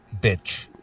bitch